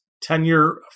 tenure